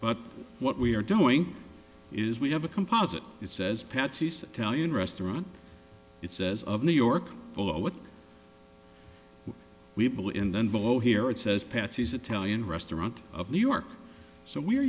but what we are doing is we have a composite it says patsy's tell you in restaurant it says of new york below what we believe in then below here it says patty's italian restaurant of new york so we're